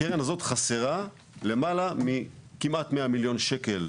הקרן הזאת חסרה כמעט 100 מיליון שקלים,